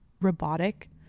robotic